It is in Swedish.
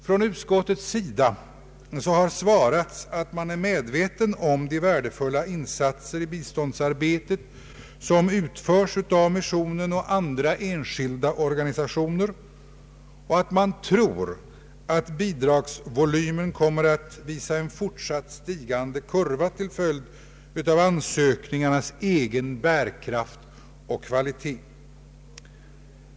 Från utskottets sida har svarats att man är medveten om de värdefulla insatser i biståndsarbetet som utförs av missionen och andra enskilda organisationer och att man tror att bidragsvolymen kommer att visa en fortsatt stigande kurva till följd av ansökningarnas egen bärkraft och kvalitet.